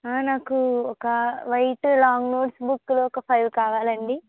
నాకు ఒక white long notes బుక్కులు ఒక ఫైవ్ కావాలండి